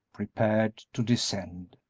prepared to descend.